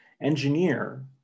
engineer